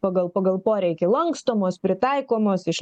pagal pagal poreikį lankstomos pritaikomos iš